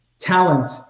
talent